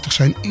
zijn